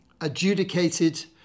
adjudicated